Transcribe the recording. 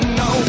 no